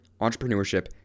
entrepreneurship